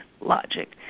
logic